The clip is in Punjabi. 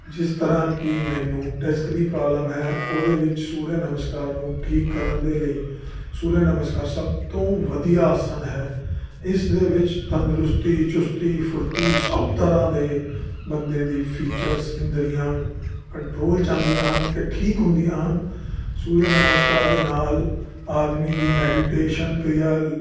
ਜਿਸ ਤਰ੍ਹਾਂ ਕਿ ਮੈਨੂੰ ਡਿਸਕ ਦੀ ਪ੍ਰੋਬਲਮ ਹੈ ਉਹਦੇ ਵਿੱਚ ਸੂਰਿਆ ਨਮਸਕਾਰ ਨੂੰ ਠੀਕ ਕਰਨ ਦੇ ਲਈ ਸੂਰਿਆ ਨਮਸਕਾਰ ਸਭ ਤੋਂ ਵਧੀਆ ਆਸਨ ਹੈ ਇਸ ਦੇ ਵਿੱਚ ਤੰਦਰੁਸਤੀ ਚੁਸਤੀ ਫੁਰਤੀ ਸਭ ਤਰ੍ਹਾਂ ਦੇ ਬੰਦੇ ਦੀ ਫੀਚਰਸ ਇੰਦਰੀਆਂ ਕੰਟਰੋਲ 'ਚ ਆਉਂਦੀਆਂ ਹਨ ਅਤੇ ਠੀਕ ਹੁੰਦੀਆਂ ਹਨ ਸੂਰਿਆ ਨਮਸਕਾਰ ਦੇ ਨਾਲ ਆਦਮੀ ਦੀ ਮੈਡੀਟੇਸ਼ਨ ਕਿਰਿਆ ਲ